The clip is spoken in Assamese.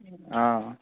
অ